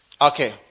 okay